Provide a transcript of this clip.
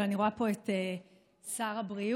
אבל אני רואה פה את שר הבריאות.